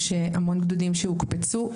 יש המון גדודים שהוקפצו,